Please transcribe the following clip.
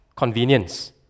convenience